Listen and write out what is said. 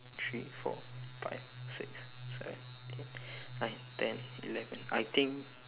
three four five six seven eight nine ten eleven I think